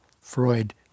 Freud